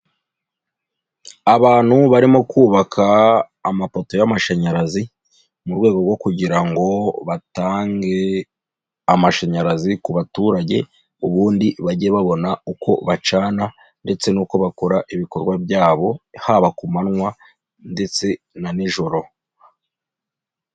Abantu barimo kubaka amapoto y'amashanyarazi mu rwego rwo kugira ngo batange amashanyarazi ku baturage ubundi bajye babona uko bacana ndetse n'uko bakora ibikorwa byabo haba ku manywa ndetse na nijoro.